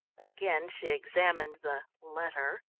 again she examined the letter,